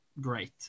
great